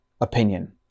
opinion